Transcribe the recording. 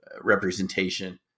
representation